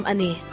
Ani